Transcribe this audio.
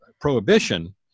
prohibition